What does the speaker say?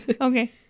okay